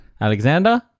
Alexander